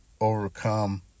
overcome